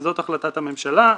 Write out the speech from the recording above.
זאת החלטת הממשלה.